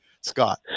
Scott